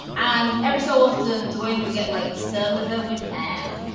and every so often duane would get like stern with her, which al,